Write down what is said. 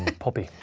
poppy.